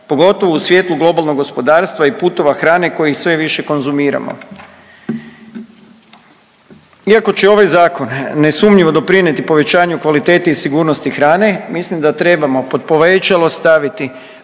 pogotovo u svijetlu globalnog gospodarstva i putova hrane koji sve više konzumiramo. Iako će ovaj zakon nesumnjivo doprinjeti povećanju kvalitete i sigurnosti hrane mislim da trebamo pod povećalo staviti